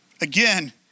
Again